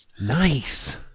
nice